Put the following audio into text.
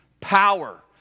power